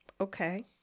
Okay